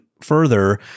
further